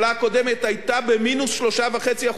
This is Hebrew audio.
היתה במינוס 3.5% צמיחה,